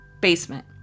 basement